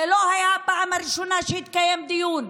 זו לא הייתה הפעם הראשונה שהתקיים דיון.